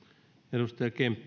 arvoisa